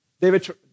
David